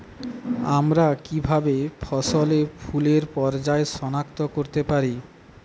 আমরা কিভাবে ফসলে ফুলের পর্যায় সনাক্ত করতে পারি?